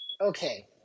Okay